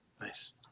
Nice